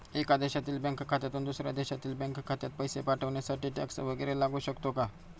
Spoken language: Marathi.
एका देशातील बँक खात्यातून दुसऱ्या देशातील बँक खात्यात पैसे पाठवण्यासाठी टॅक्स वैगरे लागू शकतो का?